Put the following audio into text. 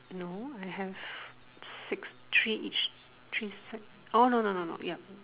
no I have six three each three side orh no no no no ya